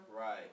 Right